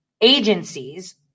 agencies